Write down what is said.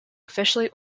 officially